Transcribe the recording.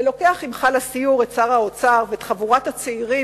ולוקח עמך לסיור את שר האוצר ואת חבורת הצעירים